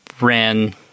ran